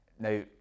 Now